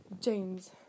James